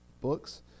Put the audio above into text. books